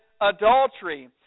adultery